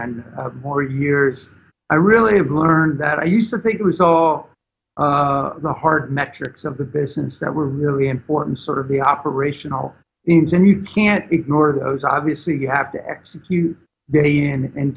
and more years i really have learned that i used to think it was all the hard metrics of the business that were really important sort of the operational engine you can't ignore those obviously you have to execute day in and